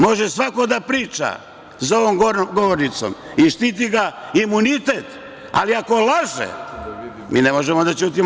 Može svako da priča za ovom govornicom i štiti ga imunitet, ali ako laže, mi ne možemo da ćutimo.